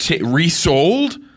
resold